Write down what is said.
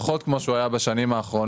לפחות כמו שהוא היה בשנים האחרונות,